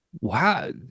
wow